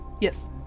Yes